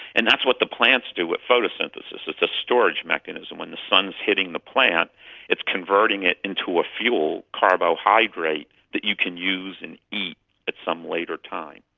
and that's what the plants do with photosynthesis, it's a storage mechanism. when the sun is hitting the plant it's converting it into a fuel carbohydrate that you can use and eat at some later time.